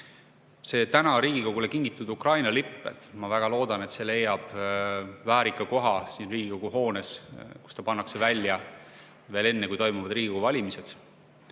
seda. Täna Riigikogule kingitud Ukraina lipp, ma väga loodan, leiab väärika koha siin Riigikogu hoones, kus ta pannakse välja veel enne, kui toimuvad Riigikogu valimised.